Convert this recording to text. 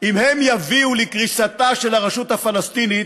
אם הם יביאו לקריסתה של הרשות הפלסטינית,